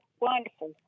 Wonderful